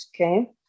Okay